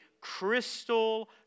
crystal